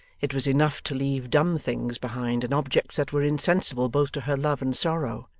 it was enough to leave dumb things behind, and objects that were insensible both to her love and sorrow.